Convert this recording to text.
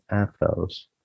ethos